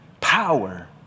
power